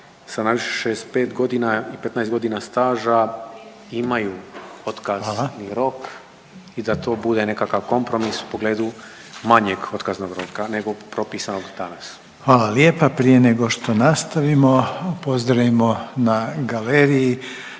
sa najviše 65 godina i 15 godina staža imaju otkazni .../Upadica: Hvala./... rok i da to bude nekakav kompromis u pogledu manjeg otkaznog roka nego propisanog danas. **Reiner, Željko (HDZ)** Hvala lijepa. Prije nego što nastavimo, pozdravimo na galeriji